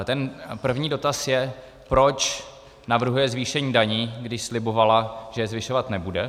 Ten první dotaz je, proč navrhuje zvýšení daní, když slibovala, že je zvyšovat nebude.